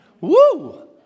Woo